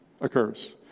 occurs